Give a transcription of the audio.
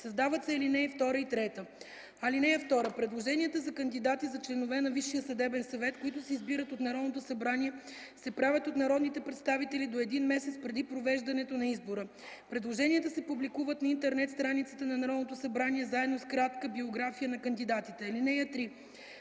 Създават се алинеи 2 и 3: „(2) Предложенията за кандидати за членове на Висшия съдебен съвет, които се избират от Народното събрание, се правят от народните представители до един месец преди провеждането на избора. Предложенията се публикуват на интернет страницата на Народното събрание заедно с кратка биография на кандидатите. (3)